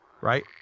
right